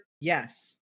yes